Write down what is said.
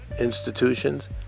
institutions